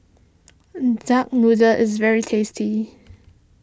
Duck Noodle is very tasty